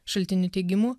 šaltinių teigimu